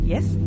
Yes